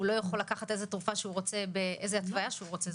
לא יכול לקחת איזו תרופה שהוא רוצה באיזו התוויה שהוא רוצה.